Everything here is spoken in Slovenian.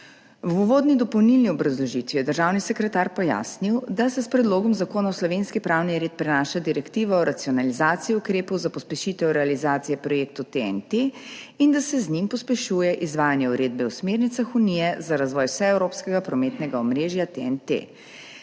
V uvodni dopolnilni obrazložitvi je državni sekretar pojasnil, da se s predlogom zakona v slovenski pravni red prenaša direktiva o racionalizaciji ukrepov za pospešitev realizacije projektov TEN-T in da se z njim pospešuje izvajanje uredbe o smernicah Unije za razvoj vseevropskega prometnega omrežja TEN-T.